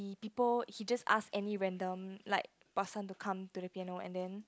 he people he just ask any random like person to come to the piano and then